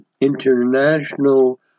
international